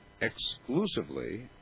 exclusively